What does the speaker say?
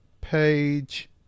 Page